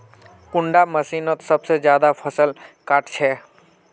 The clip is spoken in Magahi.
कुंडा मशीनोत सबसे ज्यादा फसल काट छै?